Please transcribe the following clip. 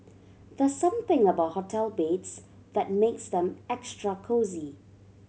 there's something about hotel beds that makes them extra cosy